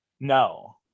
No